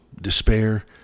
despair